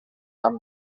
amb